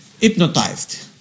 hypnotized